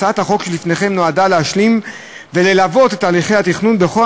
הצעת החוק שלפניכם נועדה להשלים וללוות את תהליכי התכנון בכל